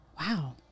wow